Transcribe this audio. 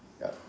ya